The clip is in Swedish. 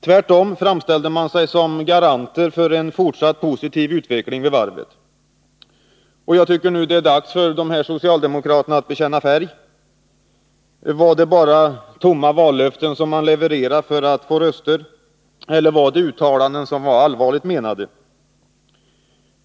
Tvärtom framställde de sig som garanter för en fortsatt positiv utveckling vid varvet. Jag tycker nu det är dags för dessa socialdemokrater att bekänna färg. Var det bara tomma vallöften som man levererade för att få röster, eller var det uttalanden som var allvarligt menade?